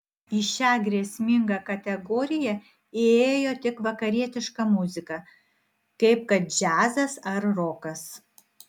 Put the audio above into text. į šią grėsmingą kategoriją įėjo tik vakarietiška muzika kaip kad džiazas ar rokas